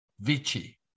Vici